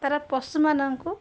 ତାର ପଶୁମାନଙ୍କୁ